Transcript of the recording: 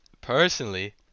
personally